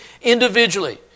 individually